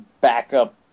backup